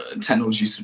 technology